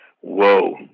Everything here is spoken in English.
whoa